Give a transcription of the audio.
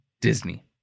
Disney